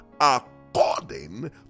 according